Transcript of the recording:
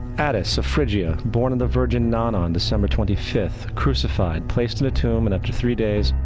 attis, of phyrigia, born of the virgin nana on december twenty fifth, crucified, placed in a tomb and after three days,